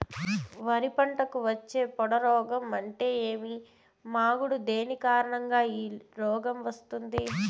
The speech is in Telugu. వరి పంటకు వచ్చే పొడ రోగం అంటే ఏమి? మాగుడు దేని కారణంగా ఈ రోగం వస్తుంది?